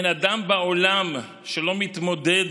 אין אדם בעולם שלא מתמודד